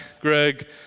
Greg